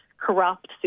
corrupt